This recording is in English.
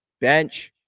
bench